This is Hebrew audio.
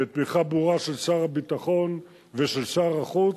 בתמיכה ברורה של שר הביטחון ושל שר החוץ,